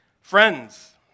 Friends